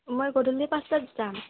মই গধূলি পাঁচটাত যাম